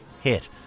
hit